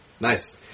Nice